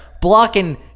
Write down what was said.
blocking